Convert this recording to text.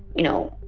you know,